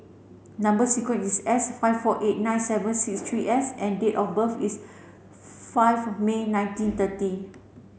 number sequence is S five four eight nine seven six three S and date of birth is five May nineteen thirty